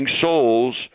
souls